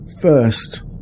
first